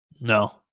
No